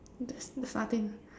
there's nothing